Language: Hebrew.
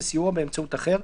בסיועו או באמצעות אחר,